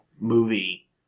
movie